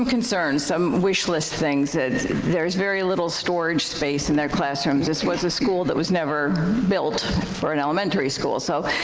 um concerns, some wishlist things, that there's very little storage space in their classrooms. this was a school that was never built for an elementary school, so